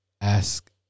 Ask